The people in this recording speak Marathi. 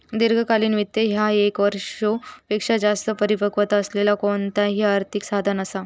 दीर्घकालीन वित्त ह्या ये क वर्षापेक्षो जास्त परिपक्वता असलेला कोणताही आर्थिक साधन असा